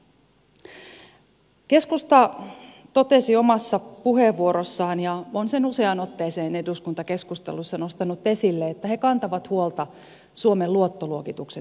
keskusta totesi omassa puheenvuorossaan ja on sen useaan otteeseen eduskuntakeskustelussa nostanut esille että he kantavat huolta suomen luottoluokituksen säilyttämisestä